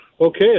Okay